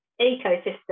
ecosystem